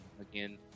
again